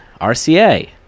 RCA